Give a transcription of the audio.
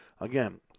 again